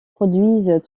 produisent